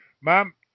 Ma'am